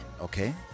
okay